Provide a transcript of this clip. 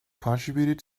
contributed